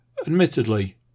Admittedly